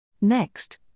Next